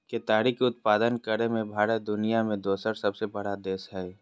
केताड़ी के उत्पादन करे मे भारत दुनिया मे दोसर सबसे बड़ा देश हय